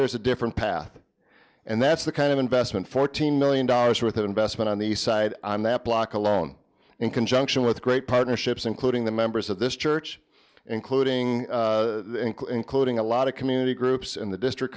there's a different path and that's the kind of investment fourteen million dollars worth of investment on the side on that block alone in conjunction with great partnerships including the members of this church including including a lot of community groups and the district